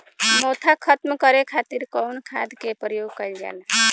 मोथा खत्म करे खातीर कउन खाद के प्रयोग कइल जाला?